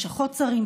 לשכות שרים,